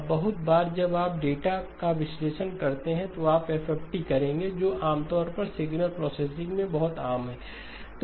अब बहुत बार जब आप डेटा विश्लेषण करते हैं तो आप FFT करेंगे जो आमतौर पर सिग्नल प्रोसेसिंग में बहुत आम है